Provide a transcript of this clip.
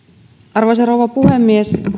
arvoisa rouva puhemies